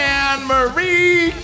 Anne-Marie